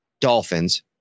Dolphins